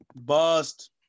Bust